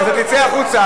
אז אתה תצא החוצה.